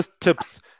tips